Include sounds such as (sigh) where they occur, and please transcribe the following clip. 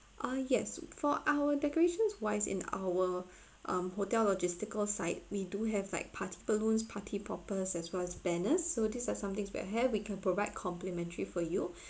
oh yes for our decorations wise in our (breath) um hotel logistical side we do have like party balloons party poppers as well as banners so these are somethings we'll have we can provide complimentary for you (breath)